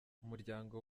umuryango